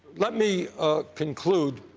let me conclude